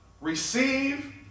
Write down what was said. receive